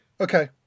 Okay